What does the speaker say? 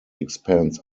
expands